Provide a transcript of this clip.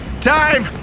Time